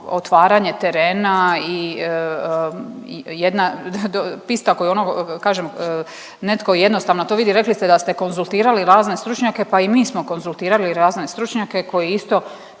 otvaranje terena i jedna pista koju ono kažem neko jednostavno to vidi. Rekli ste da ste konzultirali razne stručnjake, pa i mi smo konzultirali razne stručnjake koji isto